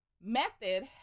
method